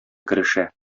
керешә